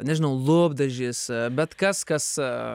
nežinau lūpdažis bet kas kas